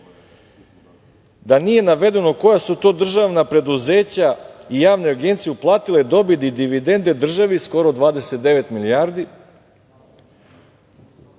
da nije navedeno koja su to državna preduzeća i javne agencije uplatile dobit i dividende državi skoro 29 milijardi